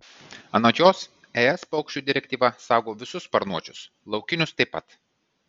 anot jos es paukščių direktyva saugo visus sparnuočius laukinius taip pat